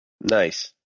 Nice